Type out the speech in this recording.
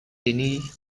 tiny